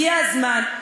הגיע הזמן,